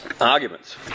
arguments